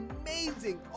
amazing